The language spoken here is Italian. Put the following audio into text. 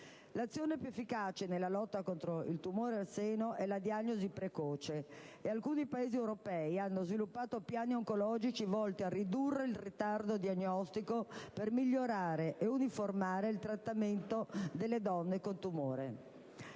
L'azione più efficace nella lotta contro il tumore al seno è la diagnosi precoce. Alcuni Paesi europei hanno sviluppato piani oncologici volti a ridurre il ritardo diagnostico per migliorare e uniformare il piano di trattamento delle donne con tumore